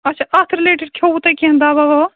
اَچھا اَتھ رِلیٹِڈ کھیٚووٕ تۄہہِ کیٚنٛہہ دوا وَوا